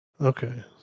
Okay